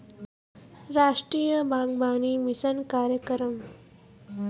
रास्टीय बागबानी मिसन कार्यकरम